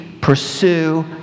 pursue